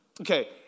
okay